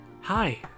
hi